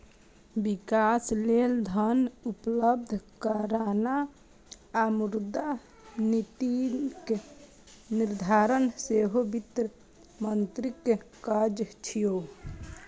विकास लेल धन उपलब्ध कराना आ मुद्रा नीतिक निर्धारण सेहो वित्त मंत्रीक काज छियै